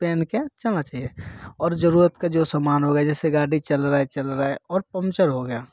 पहन के जाना चाहिए और ज़रूरत का जो सामान हो रहा है जैसे गाड़ी चल रहा है चल रहा है और पंचर हो गया